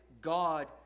God